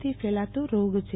થી ફેલાતો રોગ છે